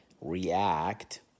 React